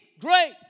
Great